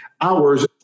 hours